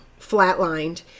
flatlined